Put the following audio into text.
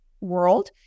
world